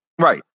Right